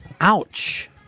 Ouch